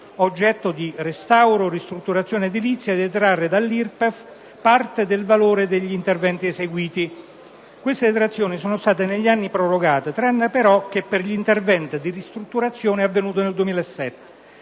oggetto di restauro o ristrutturazione edilizia, di detrarre dall'IRPEF parte del valore degli interventi eseguiti. Queste detrazioni sono state negli anni prorogate, tranne però che per gli interventi di ristrutturazione avvenuti nel 2007.